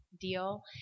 deal